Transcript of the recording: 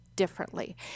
differently